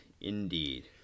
indeed